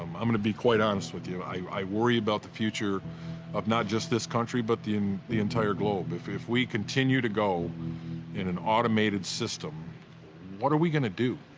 um i'm gonna be quite honest with you, i worry about the future of not just this country, but the, the entire globe. if if we continue to go in an automated system what are we going to do?